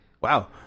Wow